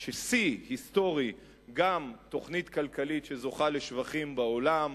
שיא היסטורי גם תוכנית כלכלית שזוכה לשבחים בעולם,